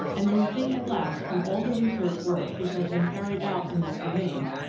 and we see at last from all the research work which has been carried out in that domain,